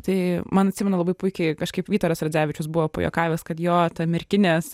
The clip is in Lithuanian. tai man atsimenu labai puikiai kažkaip vytaras radzevičius buvo pajuokavęs kad jo ta merkinės